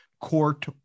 court